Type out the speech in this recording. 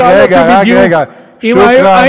רק רגע, רק רגע, שוכראן.